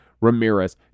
Ramirez